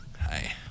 Hi